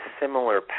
similar